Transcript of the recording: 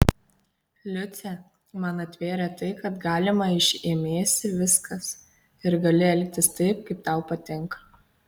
liucė man atvėrė tai kad galima iš ėmėsi viskas ir gali elgtis taip kaip tau patinka